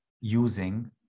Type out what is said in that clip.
using